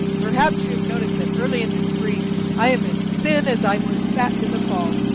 perhaps you have noticed that early in the spring i am as thin as i was fat in the fall.